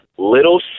little